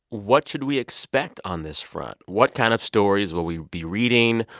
what should we expect on this front? what kind of stories will we be reading?